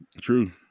True